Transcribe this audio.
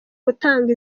gutanga